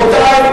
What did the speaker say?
רבותי,